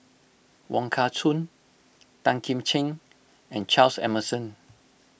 Wong Kah Chun Tan Kim Ching and Charles Emmerson